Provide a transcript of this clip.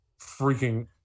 freaking